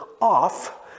off